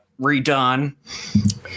Redone